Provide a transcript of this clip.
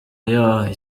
year